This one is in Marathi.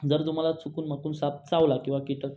जर तुम्हाला चुकूनमाकून साप चावला किंवा कीटक